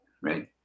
right